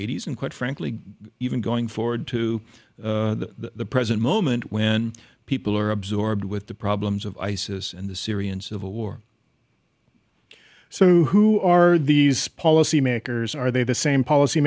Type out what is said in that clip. eighty s and quite frankly even going forward to the present moment when people are absorbed with the problems of isis and the syrian civil war so who are these policy makers are they the same policy